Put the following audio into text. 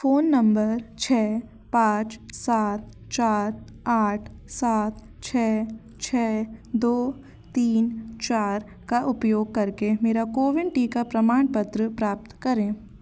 phone number छः पाँच सात चार आठ सात छः छः दो तीन चार का उपयोग करके मेरा कोविन टीका प्रमाणपत्र प्राप्त करें